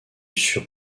sur